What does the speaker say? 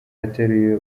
ateruye